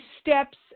steps